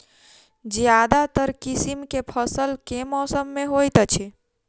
ज्यादातर किसिम केँ फसल केँ मौसम मे होइत अछि?